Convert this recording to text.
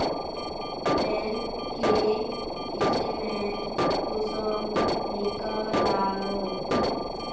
Bank के statement कुंसम नीकलावो?